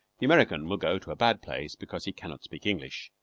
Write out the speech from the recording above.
the american will go to a bad place because he cannot speak english,